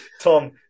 Tom